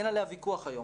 אין עליה ויכוח היום.